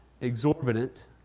exorbitant